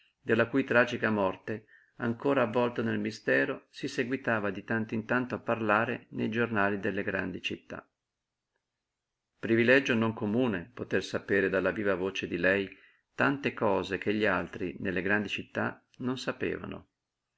della cui tragica morte ancora avvolta nel mistero si seguitava di tanto in tanto a parlare nei giornali delle grandi città privilegio non comune poter sapere dalla viva voce di lei tante cose che gli altri nelle grandi città non sapevano